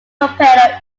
torpedo